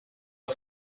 ist